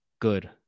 good